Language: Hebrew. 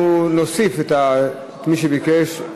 אנחנו נוסיף את מי שביקש,